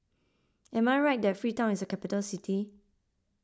am I right that Freetown is a capital city